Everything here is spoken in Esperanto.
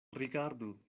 rigardu